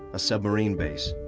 a submarine base.